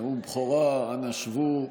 נאום בכורה, אנא שבו.